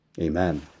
Amen